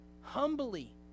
Humbly